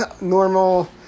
normal